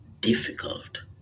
difficult